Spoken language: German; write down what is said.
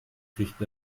kriegt